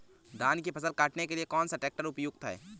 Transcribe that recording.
धान की फसल काटने के लिए कौन सा ट्रैक्टर उपयुक्त है?